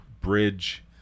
bridge